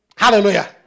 Hallelujah